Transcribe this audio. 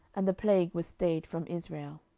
and the plague was stayed from israel.